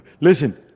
Listen